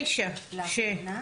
לאחרונה?